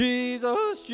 Jesus